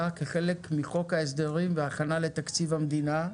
כחלק מחוק ההסדרים והכנה לתקציב המדינה,